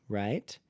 right